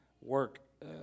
work